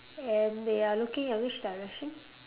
and they are looking at which direction